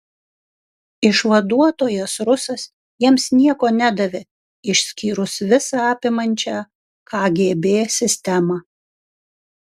išvaduotojas rusas jiems nieko nedavė išskyrus visa apimančią kgb sistemą